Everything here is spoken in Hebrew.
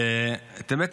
האמת,